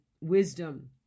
wisdom